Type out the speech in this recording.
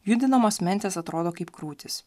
judinamos mentės atrodo kaip krūtys